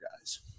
guys